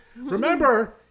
Remember